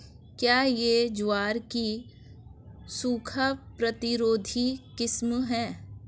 क्या यह ज्वार की सूखा प्रतिरोधी किस्म है?